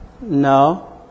No